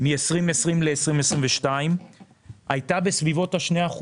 מ-2020 ל-2022 הייתה בסביבות ה-2%,